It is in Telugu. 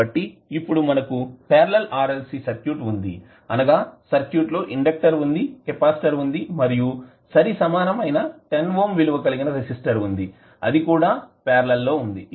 కాబట్టి ఇప్పుడు మనకు పార్లల్ RLC సర్క్యూట్ వుంది అనగా సర్క్యూట్ లో ఇండెక్టర్ వుంది కెపాసిటర్ వుంది మరియు సరిసమానమైన 10 ఓం విలువ కలిగిన రెసిస్టర్ వుంది అది కూడా పార్లల్ లో వుంది